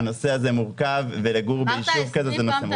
הנושא הזה מורכב ולגור בישוב כזה זה נושא מורכב.